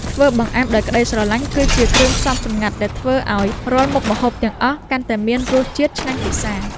ធ្វើបង្អែមដោយក្ដីស្រឡាញ់ គឺជាគ្រឿងផ្សំសម្ងាត់ដែលធ្វើឱ្យរាល់មុខម្ហូបទាំងអស់កាន់តែមានរសជាតិឆ្ងាញ់ពិសា។